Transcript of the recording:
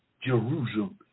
Jerusalem